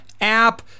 app